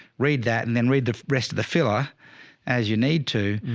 read that and then read the rest of the filler as you need to.